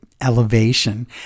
elevation